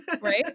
right